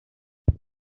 there